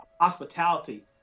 hospitality